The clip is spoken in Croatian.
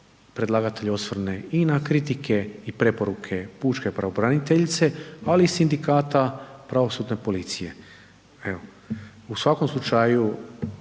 predlagatelj osvrne i na kritike i preporuke pučke pravobraniteljice, ali i Sindikata pravosudne policije. U svakom slučaju